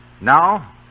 Now